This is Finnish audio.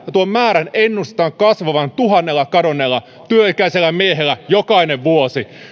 ja tuon määrän ennustetaan kasvavan tuhannella kadonneella työikäisellä miehellä jokainen vuosi